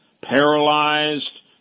paralyzed